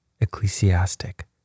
ecclesiastic